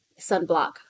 sunblock